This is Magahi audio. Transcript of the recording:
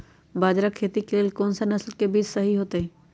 बाजरा खेती के लेल कोन सा नसल के बीज सही होतइ?